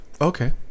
Okay